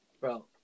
Bro